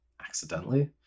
Accidentally